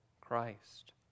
Christ